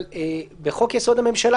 אבל בחוק יסוד: הממשלה,